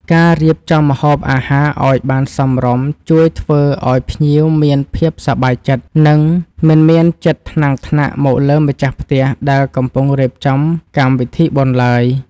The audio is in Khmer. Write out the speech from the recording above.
ការរៀបចំម្ហូបអាហារឱ្យបានសមរម្យជួយធ្វើឱ្យភ្ញៀវមានភាពសប្បាយចិត្ត និង មិនមានចិត្តថ្នាំងថ្នាក់មកលើម្ចាស់ផ្ទះដែលកំពុងរៀបចំកម្មវិធីបុណ្យឡើយ។